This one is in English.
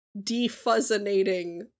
Defuzzinating